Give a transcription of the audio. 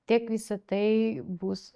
tiek visi tai bus